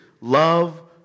love